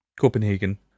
Copenhagen